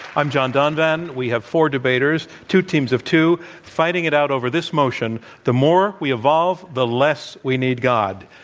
i'm john donvan. we have four debaters two teams of two fighting it out over this motion the more we evolve, the less we need god.